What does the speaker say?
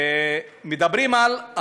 מדברים על,